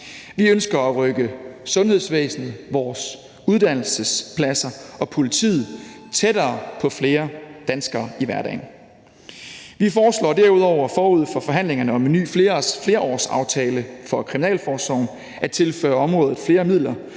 Vi ønsker at rykke sundhedsvæsenet, vores uddannelsespladser og politiet tættere på flere danskere i hverdagen. Vi foreslår derudover forud for forhandlingerne om en ny flerårsaftale for kriminalforsorgen at tilføre området flere midler,